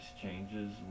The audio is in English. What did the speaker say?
changes